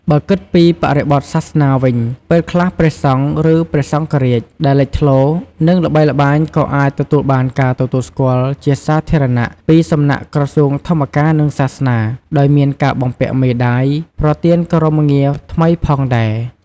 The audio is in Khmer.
បើគិតពីបរិបទសាសនាវិញ ពេលខ្លះព្រះសង្ឃ ឬ ព្រះសង្ឃរាជដែលលេចធ្លោ និងល្បីល្បាញក៏អាចទទួលបានការទទួលស្គាល់ជាសាធារណៈពីសំណាក់ក្រសួងធម្មការនិងសាសនា ដោយមានការបំពាក់មេដាយ ប្រទានគោរពងារថ្មីផងដែរ។